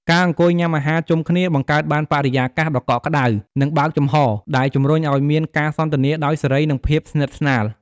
ការអង្គុយញ៉ាំអាហារជុំគ្នា បង្កើតបានបរិយាកាសដ៏កក់ក្ដៅ និងបើកចំហរ ដែលជំរុញឲ្យមានការសន្ទនាដោយសេរី និងភាពស្និទ្ធស្នាល។